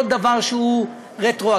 לא דבר שהוא רטרואקטיבי,